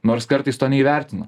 nors kartais to neįvertinu